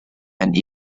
and